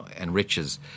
enriches